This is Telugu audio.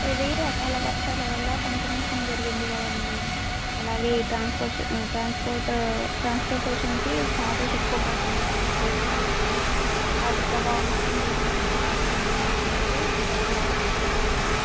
ఇది అకాల వర్షాల వల్ల పంట నష్టం జరిగింది కదండీ అలాగే ఈ ట్రాన్స్పోర్ ట్రాన్స్పోర్ట్ ట్రాన్స్పోర్టేషన్ ఛార్జెస్ ఎక్కువ పడుతున్నాయండి డీజిల్ పెట్రోల్ వాటి ప్రభావం మొత్తం వీటిపైన చూపిస్తుందండి అందుకే ధరలు ఎక్కువగా ఉన్నాయ్